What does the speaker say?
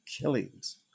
killings